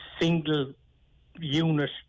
single-unit